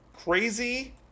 crazy